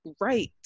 right